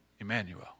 Emmanuel